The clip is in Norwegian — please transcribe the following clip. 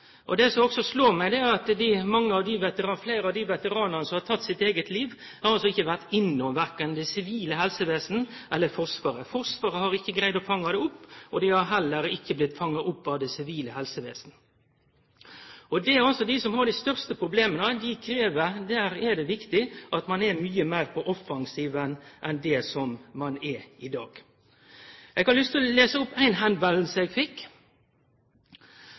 Det som òg slår meg, er at fleire av dei vetaranane som har teke sitt eige liv, ikkje har vore innom verken det sivile helsevesenet eller Forsvaret. Forsvaret har ikkje greidd å fange dei opp, og dei har heller ikkje blitt fanga opp av det sivile helsevesenet. Dette er dei som har dei største problema, og der er det viktig at ein er mykje meir på offensiven enn det ein er i dag. Eg har lyst til å lese opp ei melding eg fekk: